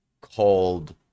called